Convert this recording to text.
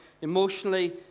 emotionally